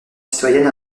citoyenne